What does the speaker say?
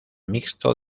mixto